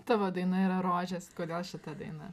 tavo daina yra rožės kodėl šita daina